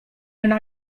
una